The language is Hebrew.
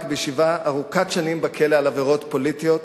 בישיבה ארוכת שנים בכלא על עבירות פוליטיות,